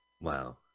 wow